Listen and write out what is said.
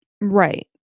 Right